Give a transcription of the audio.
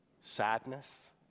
sadness